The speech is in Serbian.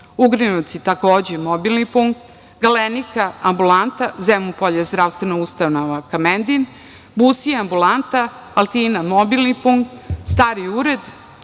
Ugrinovci, takođe, mobilni punkt, Galenika ambulanta, Zemun Polje Zdravstvena ustanova Kamendin, Busije ambulanta, Altina mobilni punkt, stari